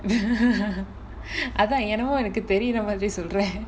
அதா என்னமோ எனக்கு தெரிர மாரி சொல்ற:atha ennamo enakku therira maari solra